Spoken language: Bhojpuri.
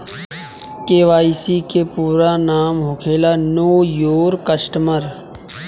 के.वाई.सी के पूरा नाम होखेला नो योर कस्टमर